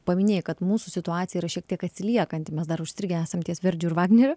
paminėjai kad mūsų situacija yra šiek tiek atsiliekanti mes dar užstrigę esam ties verdžiu ir vagneriu